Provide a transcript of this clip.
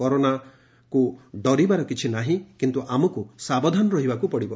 କରୋନାକୁକ ଡରିବାର କିଛି ନାହିଁ କିନ୍ତୁ ଆମକୁ ସାବଧାନ ରହିବାକୁ ପଡ଼ିବ